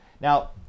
Now